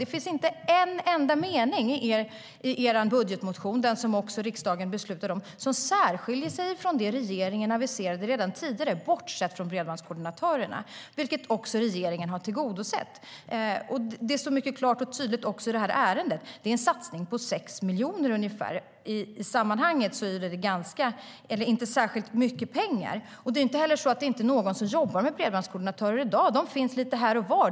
Det finns inte en enda mening i er budgetmotion, som också riksdagen beslutade om, som särskiljer sig från det regeringen aviserat redan tidigare, bortsett från detta med bredbandskoordinatorerna, vilket regeringen också har tillgodosett. Det står också mycket klart och tydligt i det här ärendet. Det är en satsning på ungefär 6 miljoner. I sammanhanget är det inte särskilt mycket pengar. Det är inte heller så att det inte är någon som jobbar med bredbandskoordinatorer i dag. De finns lite här och var.